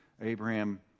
Abraham